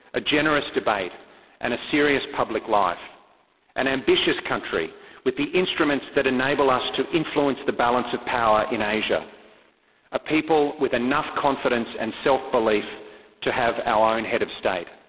a generous debate and a serious public life an ambitious country with the instruments that enable us to influence the balance of power in asia a people with enough confidence and self-belief to have our own and head of state?